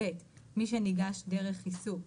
מי שניגש, דרך עיסוק,